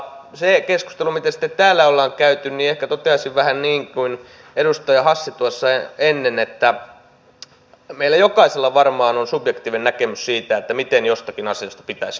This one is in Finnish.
siitä keskustelusta mitä täällä ollaan käyty ehkä toteaisin vähän niin kuin edustaja hassi tuossa ennen että meillä jokaisella varmaan on subjektiivinen näkemys siitä miten jostakin asiasta pitäisi uutisoida